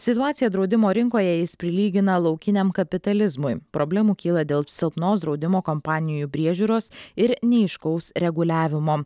situaciją draudimo rinkoje jis prilygina laukiniam kapitalizmui problemų kyla dėl silpnos draudimo kompanijų priežiūros ir neaiškaus reguliavimo